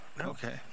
okay